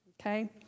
Okay